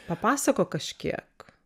papasakok kažkiek